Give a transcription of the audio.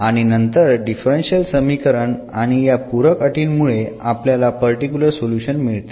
आणि नंतर डिफरन्शियल समीकरण आणि या पूरक अटींमुळे आपल्याला पर्टिकुलर सोल्युशन मिळते